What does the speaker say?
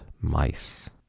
mice